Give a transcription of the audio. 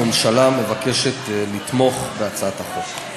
הממשלה מבקשת לתמוך בהצעת החוק.